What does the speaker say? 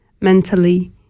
mentally